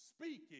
Speaking